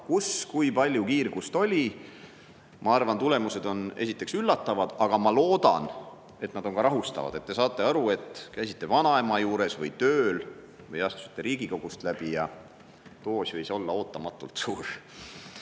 kus kui palju kiirgust oli. Ma arvan, et tulemused on üllatavad, aga ma loodan, et need on ka rahustavad, sest te saate aru, et kui käisite vanaema juures, tööl või astusite Riigikogust läbi, siis võis doos olla ootamatult suur.